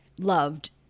loved